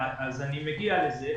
אני מגיע לזה.